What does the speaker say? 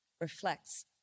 reflects